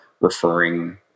referring